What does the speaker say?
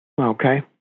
Okay